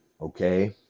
Okay